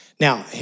Now